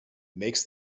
makes